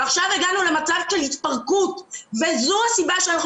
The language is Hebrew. עכשיו הגענו למצב של התפרקות וזאת הסיבה שאנחנו